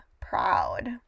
proud